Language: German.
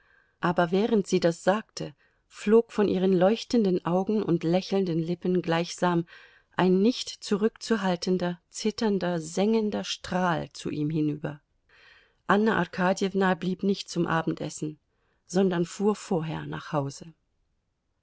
aber während sie das sagte flog von ihren leuchtenden augen und lächelnden lippen gleichsam ein nicht zurückzuhaltender zitternder sengender strahl zu ihm hinüber anna arkadjewna blieb nicht zum abendessen sondern fuhr vorher nach hause